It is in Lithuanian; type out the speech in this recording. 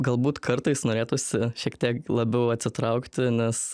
galbūt kartais norėtųsi šiek tiek labiau atsitraukti nes